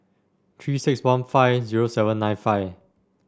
Three six one five zero seven nine five